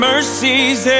Mercies